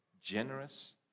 generous